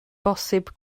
bosibl